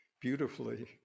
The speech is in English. beautifully